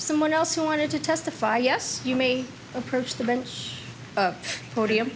someone else who wanted to testify yes you may approach the bench